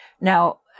Now